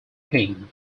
king